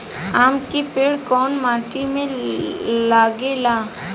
आम के पेड़ कोउन माटी में लागे ला?